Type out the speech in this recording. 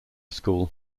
school